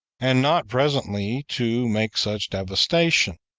and not presently to make such devastation,